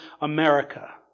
America